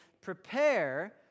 prepare